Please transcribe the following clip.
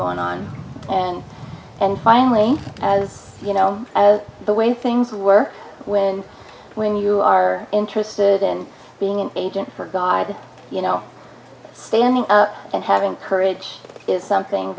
going on and and finally as you know the way things were when when you are interested in being an agent for god you know standing up and having courage is something